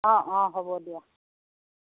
অঁ অঁ হ'ব দিয়া